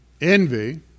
Envy